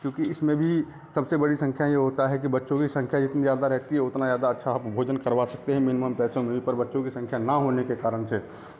क्योंकि इसमें भी सबसे बड़ी संख्या यह होता है कि बच्चों की संख्या जितनी ज़्यादा रहती है उतना ज़्यादा अच्छा भोजन करवा सकते हैं मिनमम पैसों में पर बच्चों की संख्या न होने के कारण से